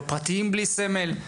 או פרטיים בלי סמל?